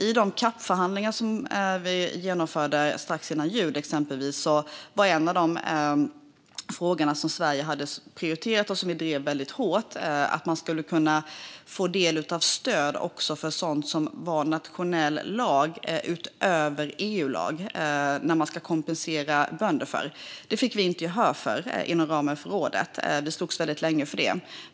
I de CAP-förhandlingar som genomfördes strax före jul, exempelvis, var en prioriterad fråga som Sverige drev väldigt hårt att man skulle kunna få del av stöd också för sådant som är nationell lag utöver EU-lag när det gäller att kompensera bönder. Det fick vi inte gehör för inom ramen för rådet. Vi slogs väldigt länge för det.